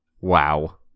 Wow